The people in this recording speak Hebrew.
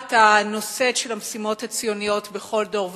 את הנושאת של המשימות הציוניות בכל דור ודור.